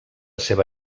seva